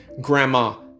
Grandma